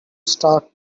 start